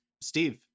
steve